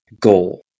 goal